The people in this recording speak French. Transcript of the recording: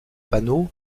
panneau